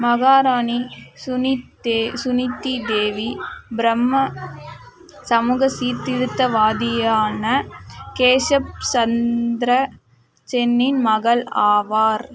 மகாராணி சுனித் தே சுனிதி தேவி பிரம்ம சமூக சீர்திருத்தவாதியான கேஷப் சந்திர சென்னின் மகள் ஆவார்